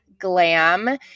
glam